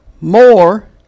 more